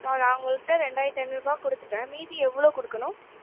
நான் உங்கள்கிட்ட ரெண்டாயிரத்து ஐநூறு ரூபா கொடுத்துட்டேன் மீதி எவ்வளோ கொடுக்கணும்